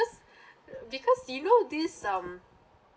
because you know this um